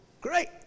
Great